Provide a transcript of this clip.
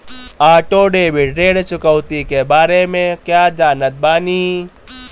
Auto debit ऋण चुकौती के बारे में कया जानत बानी?